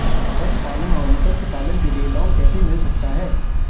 पशुपालन और मत्स्य पालन के लिए लोन कैसे मिल सकता है?